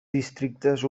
districtes